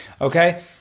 Okay